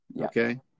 Okay